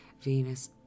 Venus